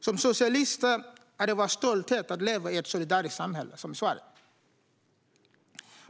Som socialister är det vår stolthet att leva i ett solidariskt samhälle som Sveriges.